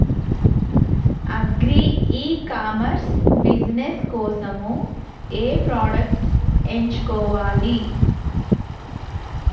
Agri e commerce business కోసము ఏ products ఎంచుకోవాలి?